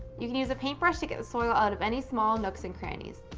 you can use a paintbrush to get the soil out of any small nooks and crannies.